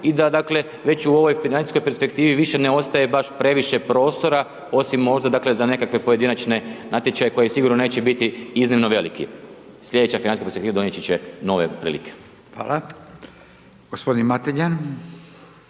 da dakle već u ovoj financijskoj perspektivi više ne ostaje baš previše prostora osim možda dakle za nekakve pojedinačne natječaje koji sigurno neće biti iznimno veliki. Sljedeća financijska .../Govornik se ne razumije./... donijeti